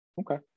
Okay